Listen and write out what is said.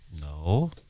No